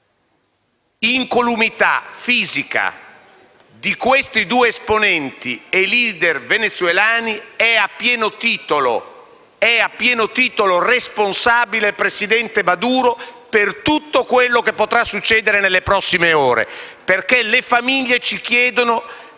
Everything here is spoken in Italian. dell'incolumità fisica di questi due esponenti e *leader* venezuelani è, a pieno titolo, responsabile il presidente Maduro, per tutto quello che potrà succedere nelle prossime ore. Le famiglie, infatti, ci chiedono